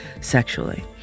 sexually